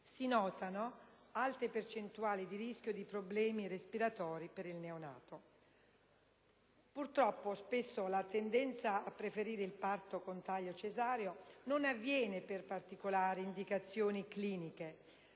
si notano alte percentuali di rischio di problemi respiratori per il neonato. Purtroppo, spesso la tendenza a preferire il parto con taglio cesareo non avviene per particolari indicazioni cliniche,